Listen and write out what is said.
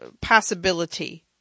possibility